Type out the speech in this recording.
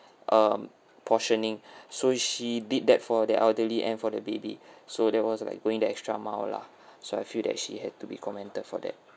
um portioning so she did that for the elderly and for the baby so that was like going the extra mile lah so I feel that she had to be commented for that